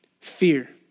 Fear